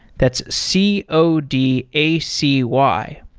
that's c o d a c y.